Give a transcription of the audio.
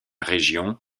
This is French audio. région